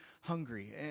hungry